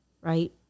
right